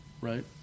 Right